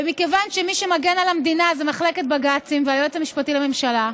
ומכיוון שמי שמגן על המדינה זה מחלקת בג"צים והיועץ המשפטי לממשלה,